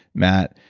matt,